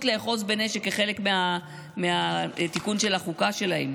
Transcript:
לאחוז בנשק כחלק מהתיקון של החוקה שלהם,